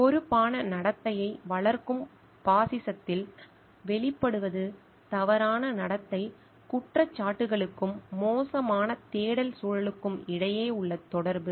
பொறுப்பான நடத்தையை வளர்க்கும் பாசிசத்தில் வெளிப்படுவது தவறான நடத்தை குற்றச்சாட்டுகளுக்கும் மோசமான தேடல் சூழலுக்கும் இடையே உள்ள தொடர்பு